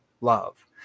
love